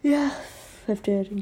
ya I'll arrange